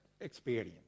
experience